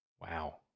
Wow